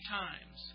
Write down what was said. times